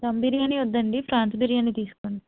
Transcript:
దమ్ బిర్యానీ వద్దండి ప్రాన్స్ బిర్యానీ తీసుకోండి